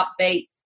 upbeat